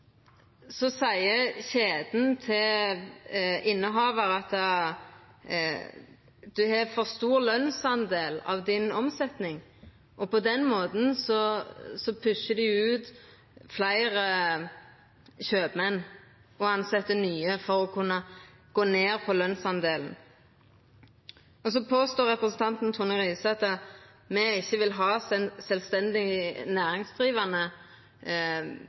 seier kjeda til innehavar at han eller ho har for stor lønsdel av omsetninga si, og på den måten «pusher» dei ut fleire kjøpmenn og tilset nye for å kunna gå ned på lønsdelen. Så påstår representanten Tonning Riise at me ikkje vil ha sjølvstendig næringsdrivande